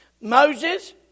Moses